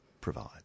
provide